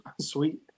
Sweet